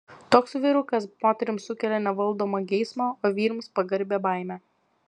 toks vyrukas moterims sukelia nevaldomą geismą o vyrams pagarbią baimę